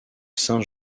saint